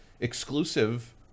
exclusive